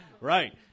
Right